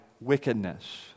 wickedness